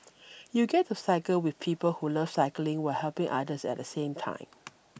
you get to cycle with people who love cycling while helping others at the same time